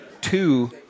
two